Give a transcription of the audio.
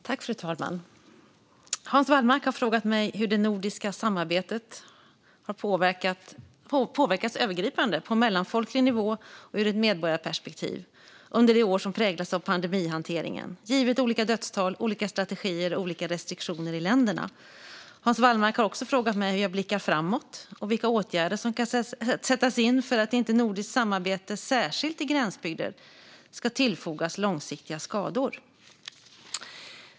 Fru talman! Hans Wallmark har frågat mig hur det nordiska samarbetet har påverkats övergripande, på mellanfolklig nivå och ur ett medborgarperspektiv under det år som präglats av pandemihanteringen - givet olika dödstal, olika strategier och olika restriktioner i länderna. Hans Wallmark har också frågat mig hur jag blickar framåt och vilka åtgärder som kan sättas in för att inte nordiskt samarbete, särskilt i gränsbygder, ska tillfogas långsiktiga skador.